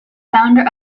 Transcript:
founder